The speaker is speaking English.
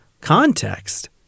context